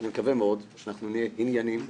אנחנו מקווה מאוד שאנחנו נהיה ענייניים,